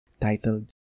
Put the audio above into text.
titled